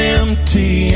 empty